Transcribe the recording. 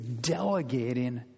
delegating